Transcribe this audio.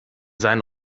sein